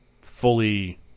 fully